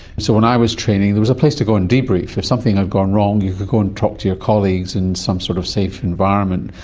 so when i was training there was place to go and debrief. if something had gone wrong you could go and talk to your colleagues in some sort of safe environment.